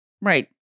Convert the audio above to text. Right